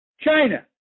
China